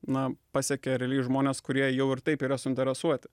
na pasiekia realiai žmonės kurie jau ir taip yra suinteresuoti